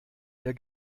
der